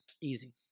Easy